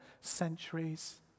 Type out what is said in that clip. centuries